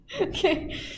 Okay